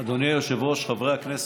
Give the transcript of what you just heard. אדוני היושב-ראש, חברי הכנסת,